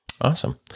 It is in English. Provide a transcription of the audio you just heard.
Awesome